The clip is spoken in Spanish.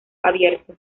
abierto